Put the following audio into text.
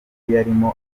yarimo